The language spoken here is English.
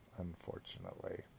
unfortunately